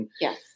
Yes